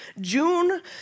June